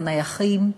14 נייחים,